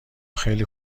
خیلی